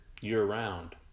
year-round